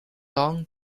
don